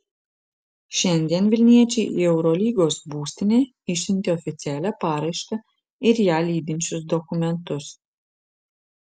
šiandien vilniečiai į eurolygos būstinę išsiuntė oficialią paraišką ir ją lydinčius dokumentus